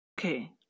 Okay